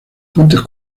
puentes